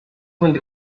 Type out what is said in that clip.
ubundi